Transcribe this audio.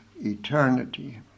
eternity